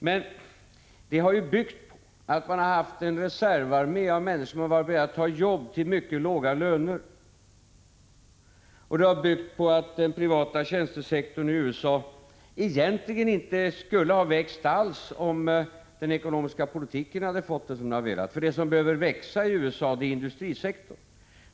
Men den har byggt på att man har haft en reservarmé av människor som har varit beredda att ta jobb till mycket låga löner, och det har byggt på att den privata tjänstesektorn i USA egentligen inte skulle ha växt alls om man hade fått det som man velat med den ekonomiska politiken; det som behöver växa i USA är industrisektorn.